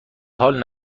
حال